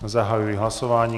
Zahajuji hlasování.